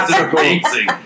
amazing